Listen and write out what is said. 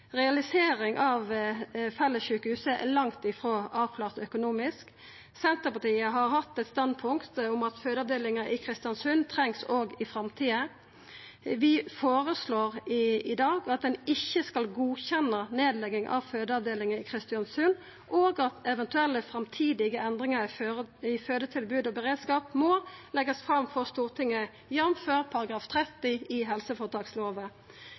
av fellessjukehuset er langt frå avklart økonomisk. Senterpartiet har hatt eit standpunkt om at fødeavdelinga i Kristiansund òg trengst i framtida. Vi føreslår i dag at ein ikkje skal godkjenna nedlegging av fødeavdelinga i Kristiansund, og at eventuelle framtidige endringar i fødetilbod og beredskap må leggjast fram for Stortinget, jf. § 30 i helseføretakslova.